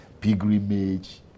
pilgrimage